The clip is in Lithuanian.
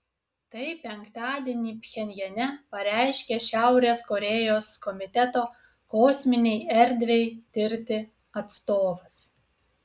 tai penktadienį pchenjane pareiškė šiaurės korėjos komiteto kosminei erdvei tirti atstovas